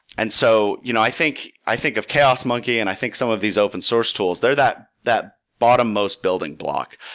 and so you know i think i think of chaos monkey, and i think some of these open source tools. they're that that bottommost building block.